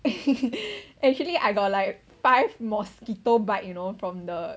actually I got like five mosquito bite you know from the